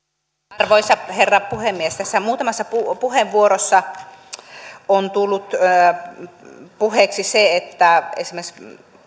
arvoisa herra puhemies tässä muutamassa puheenvuorossa on tullut puheeksi että esimerkiksi